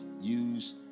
use